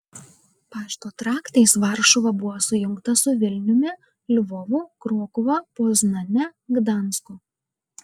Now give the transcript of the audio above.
pašto traktais varšuva buvo sujungta su vilniumi lvovu krokuva poznane gdansku